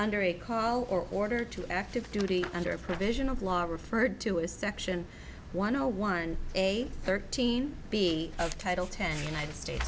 under a call or order to active duty under a provision of law referred to as section one zero one eight thirteen b of title ten united state